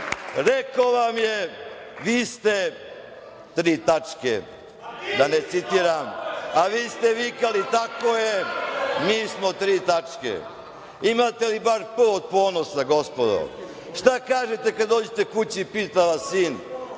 Rekao vam je – vi ste... tri tačke, da ne citiram, a vi ste vikali – tako je, mi smo... tri tačke. Imate li bar P od ponosa, gospodo? Šta kažete kada dođete kući i pita vas sin